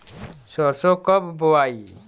सरसो कब बोआई?